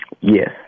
yes